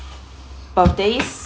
birthdays